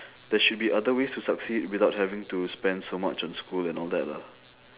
there should be other ways to succeed without having to spend so much on school and all that lah